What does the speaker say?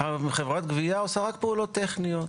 וחברת הגבייה עושה רק פעולות טכניות.